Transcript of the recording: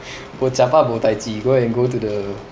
bo jiak ba bo tai ji go and go to the